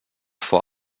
vor